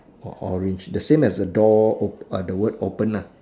or orange the same as the door op~ err the word open lah